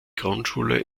grundschule